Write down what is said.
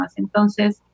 Entonces